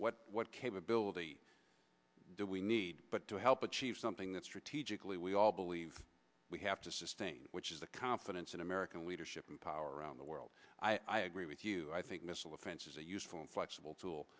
what what capability do we need to help achieve something that strategically we all believe we have to sustain which is the confidence in american leadership in power around the world i agree with you i think missile defense is a useful and flexible tool